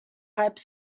hype